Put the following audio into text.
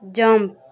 jump